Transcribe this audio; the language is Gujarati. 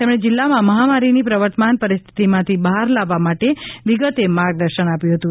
તેમણે જિલ્લામાં મહામારીની પ્રવર્તમાન પરિસ્થિતિમાંથી બહાર લાવવા માટે વિગતે માર્ગદર્શન આપ્યું હતું